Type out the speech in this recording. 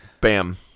Bam